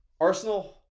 Arsenal